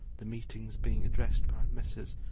the meetings being addressed by messrs.